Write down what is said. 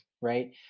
right